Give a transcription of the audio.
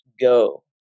Go